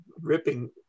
ripping